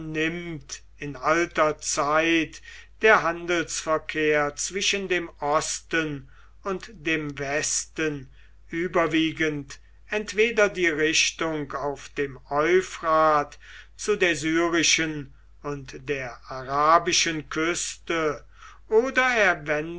in alter zeit der handelsverkehr zwischen dem osten und dem westen überwiegend entweder die richtung auf dem euphrat zu der syrischen und der arabischen küste oder